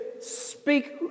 speak